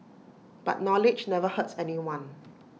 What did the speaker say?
but knowledge never hurts anyone